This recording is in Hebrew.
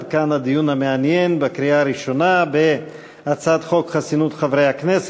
עד כאן הדיון המעניין בקריאה הראשונה בהצעת חוק חסינות חברי הכנסת,